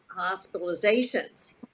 hospitalizations